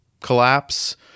collapse